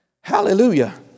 Hallelujah